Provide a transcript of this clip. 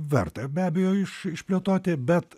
verta be abejo iš išplėtoti bet